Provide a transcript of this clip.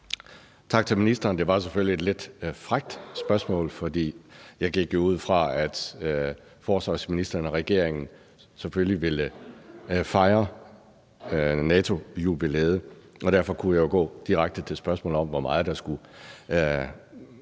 Tak til ministeren. Det var selvfølgelig et lidt frækt spørgsmål, for jeg gik jo ud fra, at forsvarsministeren og regeringen selvfølgelig vil fejre NATO-jubilæet, og derfor kunne jeg gå direkte til spørgsmålet om, hvor meget der skulle